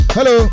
Hello